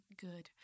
good